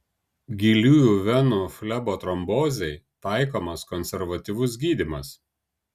giliųjų venų flebotrombozei taikomas konservatyvus gydymas